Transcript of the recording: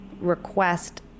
Request